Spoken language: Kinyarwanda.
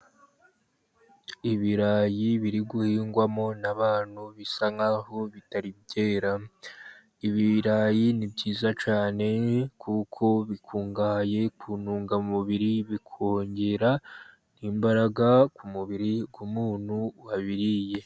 Ibirayi biri guhingwamo n'abantu bisa nk'aho bitari byera, ibirayi ni byiza cyane, kuko bikungahaye ku ntungamubiri, bikongera imbaragaraga mu mubiri w'umuntu wabiriye.